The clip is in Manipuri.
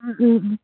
ꯎꯝ ꯎꯝ ꯎꯝ